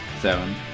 Seven